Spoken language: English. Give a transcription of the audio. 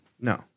no